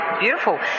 Beautiful